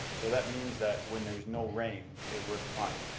so that means that when there's no rain it works fine,